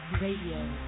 Radio